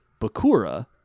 Bakura